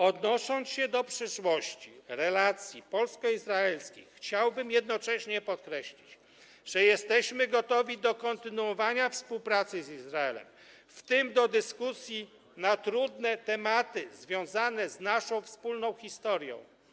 Odnosząc się do przyszłości relacji polsko-izraelskich, chciałbym jednocześnie podkreślić, że jesteśmy gotowi do kontynuowania współpracy z Izraelem, w tym do dyskusji na trudne tematy związane z naszą wspólną historią.